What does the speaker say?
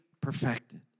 perfected